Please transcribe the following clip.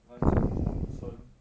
男生做女生